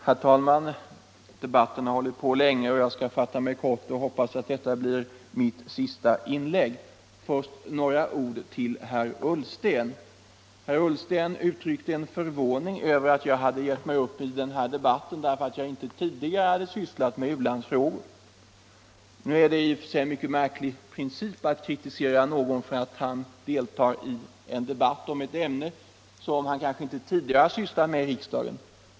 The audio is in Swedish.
Herr talman! Debatten har hållit på länge. Jag skall fatta mig kort och hoppas att detta blir mitt sista inlägg. 41 Till att börja med några ord till herr Ullsten. Han uttryckte förvåning över att jag har gett mig upp i den här debatten därför att jag inte tidigare hade sysslat med u-landsfrågor. Det är i och för sig en mycket märklig princip att kritisera någon för att han deltar i en debatt om ett ämne som han kanske inte tidigare har sysslat med i riksdagen.